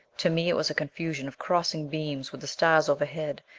to me, it was a confusion of crossing beams, with the stars overhead,